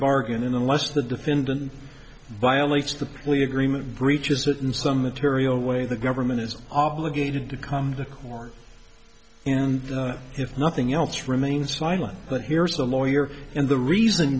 bargain unless the defendant violates the plea agreement breaches that in some material way the government is obligated to come to court and if nothing else remains silent but here's the lawyer and the reason